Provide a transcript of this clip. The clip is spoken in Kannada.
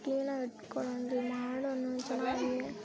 ಕ್ಲೀನಾಗಿ ಇಟ್ಕೊಳ್ಳೋಲ್ರಿ ಮಾಡೋಣ ಚೆನ್ನಾಗಿ